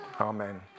Amen